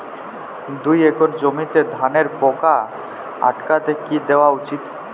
দুই একর জমিতে ধানের পোকা আটকাতে কি দেওয়া উচিৎ?